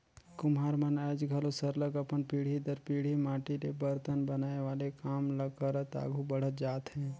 कुम्हार मन आएज घलो सरलग अपन पीढ़ी दर पीढ़ी माटी ले बरतन बनाए वाले काम ल करत आघु बढ़त जात हें